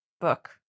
book